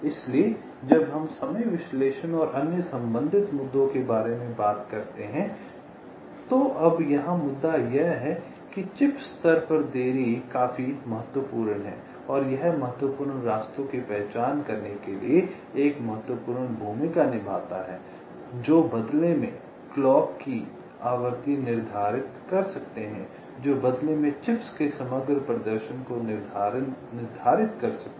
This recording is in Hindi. इसलिए जब हम समय विश्लेषण और अन्य संबंधित मुद्दों के बारे में बात करते हैं तो अब यहां मुद्दा यह है कि चिप स्तर पर देरी काफी महत्वपूर्ण है और यह महत्वपूर्ण रास्तों की पहचान करने के लिए एक महत्वपूर्ण भूमिका निभाता है जो बदले में क्लॉक की आवृत्ति निर्धारित कर सकते हैं जो बदले में चिप्स के समग्र प्रदर्शन को निर्धारित कर सकता है